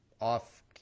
off